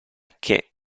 che